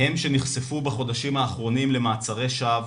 הם שנחשפו בחודשים האחרונים למעצרי שווא,